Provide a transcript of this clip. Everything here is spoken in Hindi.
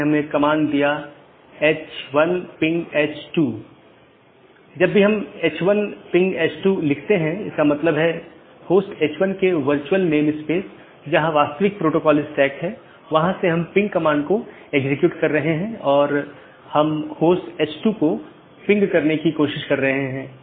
जब भी सहकर्मियों के बीच किसी विशेष समय अवधि के भीतर मेसेज प्राप्त नहीं होता है तो यह सोचता है कि सहकर्मी BGP डिवाइस जवाब नहीं दे रहा है और यह एक त्रुटि सूचना है या एक त्रुटि वाली स्थिति उत्पन्न होती है और यह सूचना सबको भेजी जाती है